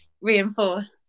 reinforce